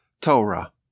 Torah